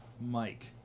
Mike